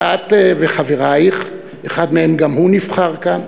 ואת וחברייך, אחד מהם גם הוא נבחר כאן: